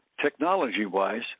technology-wise